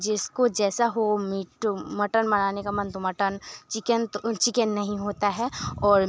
मने जिसको जैसा हो मीट मटन मंगाने का मन तो मटन चिकेन तो चिकेन नहीं होता है और